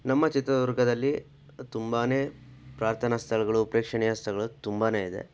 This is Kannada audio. ನಮ್ಮ ಚಿತ್ರದುರ್ಗದಲ್ಲಿ ತುಂಬಾ ಪ್ರಾರ್ಥನಾ ಸ್ಥಳಗಳು ಪ್ರೇಕ್ಷಣೀಯ ಸ್ಥಳಗಳು ತುಂಬಾ ಇದೆ